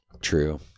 True